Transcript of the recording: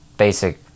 basic